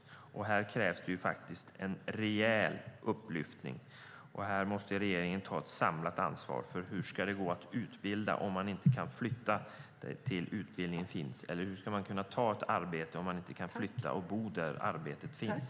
Det krävs en rejäl upplyftning, och här måste regeringen ta ett samlat ansvar. Hur ska man kunna utbilda sig eller ta ett arbete om man inte kan bo på den ort där utbildningen eller arbetet finns?